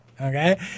Okay